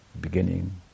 beginning